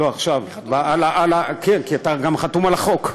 לא, עכשיו, כי אתה גם חתום על החוק.